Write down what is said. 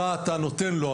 מה אתה נותן לו,